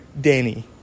danny